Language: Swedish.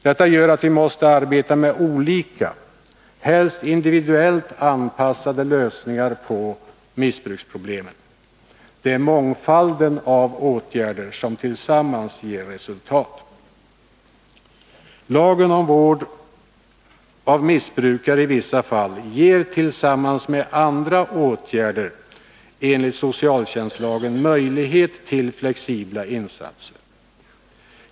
Det gör att vi måste arbeta med olika, helst individuellt anpassade, lösningar på missbruksproblemen. Det är mångfalden av åtgärder som tillsammans ger resultat. Lagen om vård av missbrukare i vissa fall ger tillsammans med andra åtgärder enligt socialtjänstlagen möjlighet till flexibla insatser.